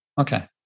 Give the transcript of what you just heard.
Okay